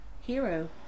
Hero